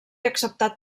acceptat